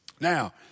Now